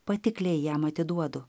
patikliai jam atiduodu